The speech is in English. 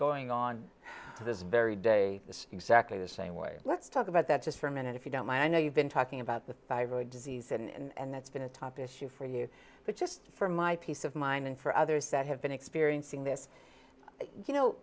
going on this very day exactly the same way let's talk about that just for a minute if you don't mind i know you've been talking about the thyroid disease and that's been a top issue for you but just for my peace of mind and for others that have been experiencing this you know